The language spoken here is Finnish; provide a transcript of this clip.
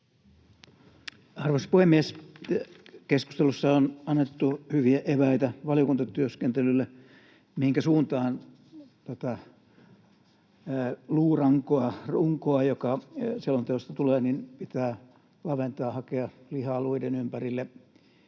Arvoisa puhemies! Keskustelussa on annettu hyviä eväitä valiokuntatyöskentelylle siitä, mihinkä suuntaan tätä luurankoa, runkoa, joka selonteosta tulee, pitää laventaa, hakea lihaa luiden ympärille.